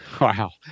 wow